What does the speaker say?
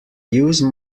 use